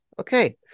Okay